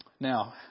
Now